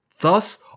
Thus